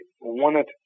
wanted